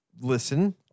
listen